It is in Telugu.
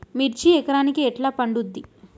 మిర్చి ఎకరానికి ఎట్లా పండుద్ధి?